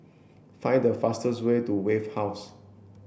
find the fastest way to Wave House